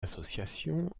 associations